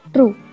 True